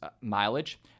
mileage